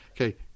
okay